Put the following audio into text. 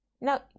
now